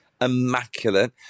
immaculate